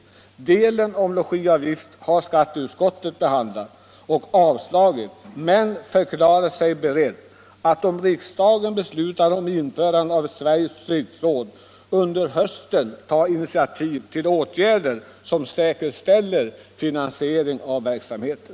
Den del av förslaget som avser logiavgift har skatteutskottet behandlat och avstyrkt, men förklarat sig berett att, om riksdagen beslutar inrätta ett Sveriges turistråd, under hösten ta initiativ till åtgärder som säkerställer finansiering av verksamheten.